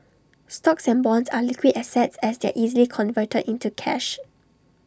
stocks and bonds are liquid assets as they are easily converted into cash